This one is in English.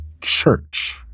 church